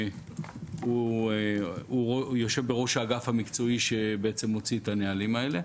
הוא יושב בראש האגף המקצועי שמוציא את הנהלים האלה.